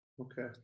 Okay